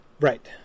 right